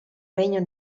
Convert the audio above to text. regno